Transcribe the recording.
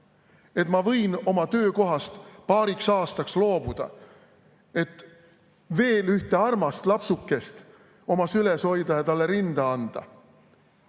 et ta võib oma töökohast paariks aastaks loobuda, et veel ühte armast lapsukest oma süles hoida ja talle rinda anda.